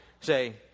say